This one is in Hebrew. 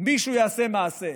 מישהו יעשה מעשה.